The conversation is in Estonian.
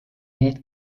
need